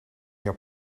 your